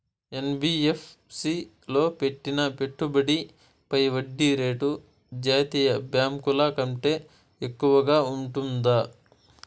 NBFC లో పెట్టిన పెట్టుబడి పై వడ్డీ రేటు జాతీయ బ్యాంకు ల కంటే ఎక్కువగా ఉంటుందా?